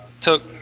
Took